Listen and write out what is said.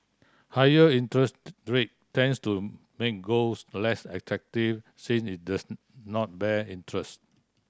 higher rate tends to make golds less attractive since it does not bear interest